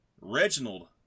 Reginald